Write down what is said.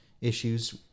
issues